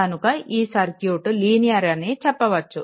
కనుక ఈ circuit linear అని చెప్పవచ్చు